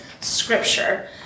Scripture